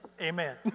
Amen